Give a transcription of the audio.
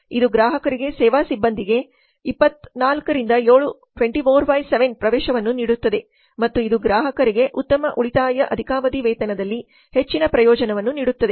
ಇದು ಗ್ರಾಹಕರಿಗೆ ಸೇವಾ ಸಿಬ್ಬಂದಿಗೆ 24 ರಿಂದ 7 ಪ್ರವೇಶವನ್ನು ನೀಡುತ್ತದೆ ಮತ್ತು ಇದು ಗ್ರಾಹಕರಿಗೆ ಮತ್ತು ಉಳಿತಾಯ ಅಧಿಕಾವಧಿ ವೇತನದಲ್ಲಿ ಹೆಚ್ಚಿನ ಪ್ರಯೋಜನವನ್ನು ನೀಡುತ್ತದೆ